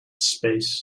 space